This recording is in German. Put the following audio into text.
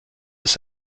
ist